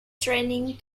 training